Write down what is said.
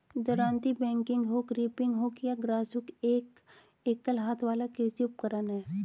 दरांती, bagging hook, reaping hook या grass hook एक एकल हाथ वाला कृषि उपकरण है